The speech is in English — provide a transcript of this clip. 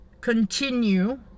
continue